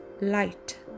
Light